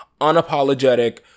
unapologetic